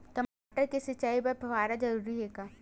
टमाटर के सिंचाई बर फव्वारा जरूरी हे का?